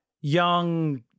young